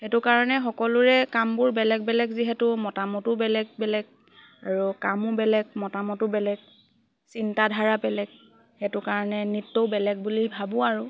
সেইটো কাৰণে সকলোৰে কামবোৰ বেলেগ বেলেগ যিহেতু মতামতো বেলেগ বেলেগ আৰু কামো বেলেগ মতামতো বেলেগ চিন্তাধাৰা বেলেগ সেইটো কাৰণে নৃত্যও বেলেগ বুলি ভাবোঁ আৰু